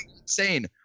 insane